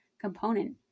component